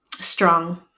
Strong